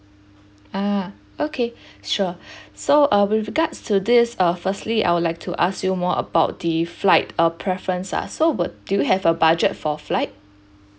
ah okay sure so uh with regards to this uh firstly I would like to ask you more about the flight uh preference ah so would do you have a budget for flight